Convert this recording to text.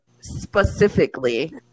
specifically